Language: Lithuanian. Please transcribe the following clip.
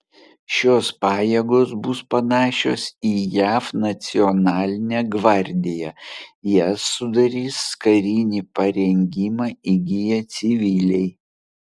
šios pajėgos bus panašios į jav nacionalinę gvardiją jas sudarys karinį parengimą įgiję civiliai